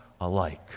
alike